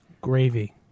Gravy